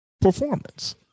performance